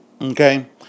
Okay